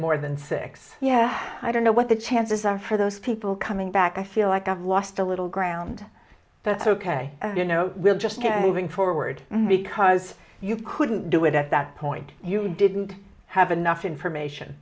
more than six yeah i don't know what the chances are for those people coming back i feel like i've lost a little ground that's ok you know we'll just get moving forward because you couldn't do it at that point you didn't have enough information